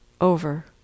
over